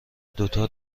دوتا